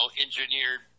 engineered